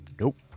Nope